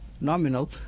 nominal